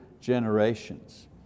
generations